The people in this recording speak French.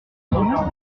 couleurs